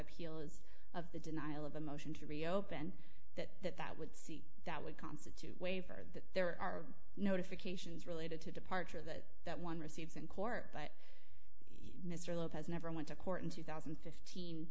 appeal of the denial of a motion to reopen that that would see that would constitute waiver that there are notifications related to departure that that one receives in court but mr lopez never went to court in two thousand and fifteen